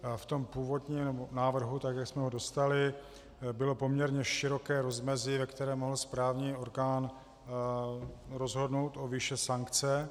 V tom původním návrhu, tak jak jsme ho dostali, bylo poměrně široké rozmezí, ve kterém mohl správní orgán rozhodnout o výši sankce.